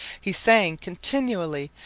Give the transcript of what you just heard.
he sang continually,